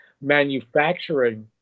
manufacturing